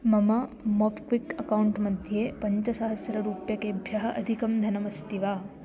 मम MobiKwik account मध्ये पञ्चसहस्ररूप्यकेभ्यः अधिकं धनमस्ति वा